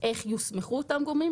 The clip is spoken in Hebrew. איך יוסמכו אותם גורמים.